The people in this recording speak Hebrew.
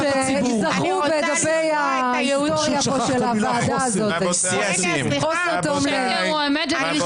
זה אחד הדברים שייזכרו בדפי ההיסטוריה של הוועדה הזאת חוסר תום לב.